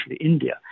India